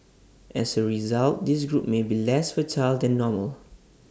as A result this group may be less fertile than normal